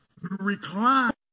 Recline